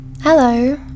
Hello